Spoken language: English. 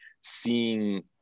seeing